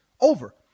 over